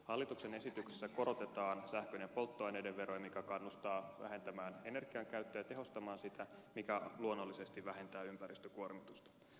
hallituksen esityksessä korotetaan sähkön ja polttoaineiden veroja mikä kannustaa vähentämään energian käyttöä ja tehostamaan sitä mikä luonnollisesti vähentää ympäristökuormitusta